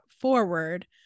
forward